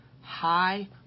high